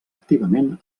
activament